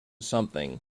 something